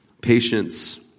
patience